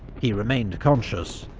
he remained conscious,